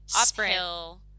uphill